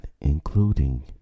including